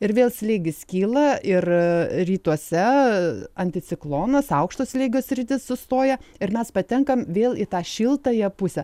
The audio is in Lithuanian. ir vėl slėgis kyla ir rytuose anticiklonas aukšto slėgio sritis sustoja ir mes patenkam vėl į tą šiltąją pusę